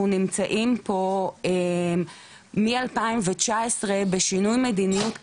אנחנו נמצאים פה מ-2019 בשינוי מדיניות כללי,